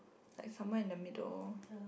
like somewhere in the middle